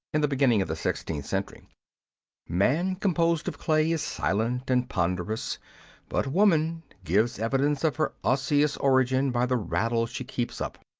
in the beginning of the sixteenth century man, com posed of clay, is silent and ponderous but woman gives evidence of her osseous origin by the rattle she keeps up.